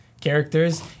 characters